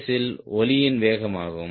S இல் ஒலியின் வேகம் ஆகும்